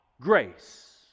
grace